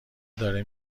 داره